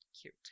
Cute